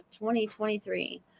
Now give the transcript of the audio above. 2023